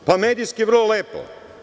Pa, medijski vrlo lepo.